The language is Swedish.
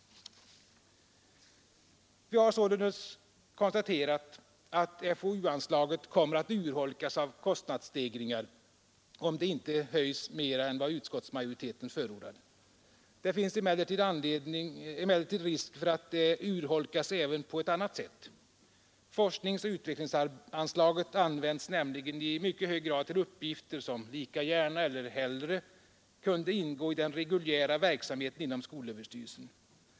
Vi har alltså konstaterat hur FoU-anslaget kommer att urholkas av kostnadsstegringar, om det inte höjs mer än vad utskottsmajoriteten förordar. Det finns emellertid risk för att det urholkas även på ett annat sätt. Forskningsoch utvecklingsanslaget används nämligen i mycket hög grad till uppgifter som lika gärna — eller hellre — kunde ingå i den reguljära verksamheten inom skolöverstyrelsen.